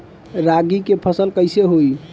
रागी के फसल कईसे होई?